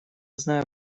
знаю